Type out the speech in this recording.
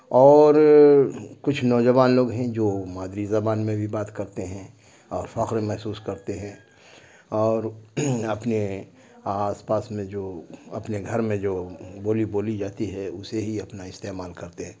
اور کچھ نوجوان لوگ ہیں جو مادری زبان میں بھی بات کرتے ہیں اور فخر محسوس کرتے ہیں اور اپنے آس پاس میں جو اپنے گھر میں جو بولی بولی جاتی ہے اسے ہی اپنا استعمال کرتے ہیں